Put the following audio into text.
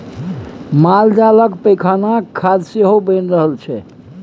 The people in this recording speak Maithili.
मालजालक पैखानाक खाद सेहो बनि रहल छै